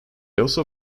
also